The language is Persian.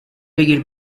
بگیر